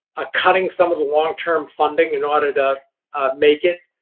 ah cutting some of the long-term funding in order to make it,